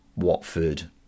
Watford